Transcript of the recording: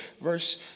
Verse